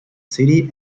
city